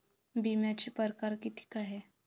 बिम्याचे परकार कितीक हाय?